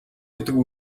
гэдэг